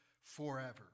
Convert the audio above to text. forever